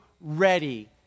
ready